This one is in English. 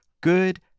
good